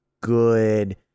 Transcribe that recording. good